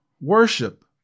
worship